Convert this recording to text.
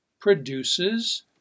produces